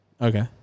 Okay